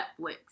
Netflix